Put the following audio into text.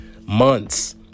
months